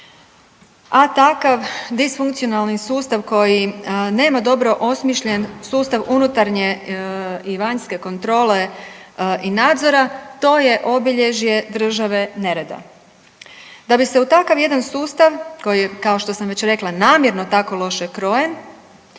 a takav disfunkcionalni sustav koji nema dobro osmišljen sustav unutarnje i vanjske kontrole i nadzora to je obilježje države nereda. Da bi se u takav jedan sustav koji kao što sam rekla namjerno tako loše krojen,